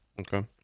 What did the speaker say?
okay